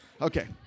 Okay